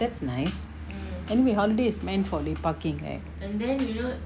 that's nice anyway holiday is meant for lepaking right